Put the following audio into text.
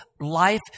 life